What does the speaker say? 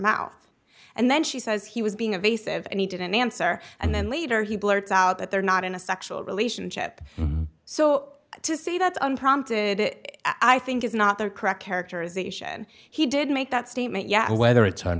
mouth and then she says he was being of a save and he didn't answer and then later he blurts out that they're not in a sexual relationship so to say that unprompted i think is not the correct characterization he did make that statement yet whether it's on